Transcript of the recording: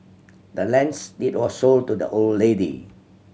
the land's deed was sold to the old lady